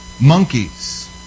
Monkeys